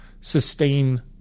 sustain